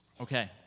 Okay